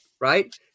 Right